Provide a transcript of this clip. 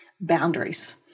boundaries